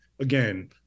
again